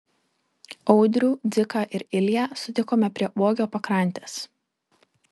audrių dziką ir ilją sutikome prie uogio pakrantės